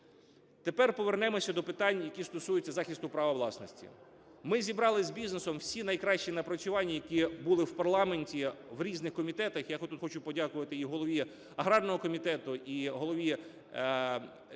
Тепер повернемося до питань, які стосуються захисту права власності. Ми зібрали з бізнесом всі найкращі напрацювання, які були в парламенті, в різних комітетах. Я тут хочу подякувати і голові аграрного комітету, і голові